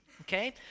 Okay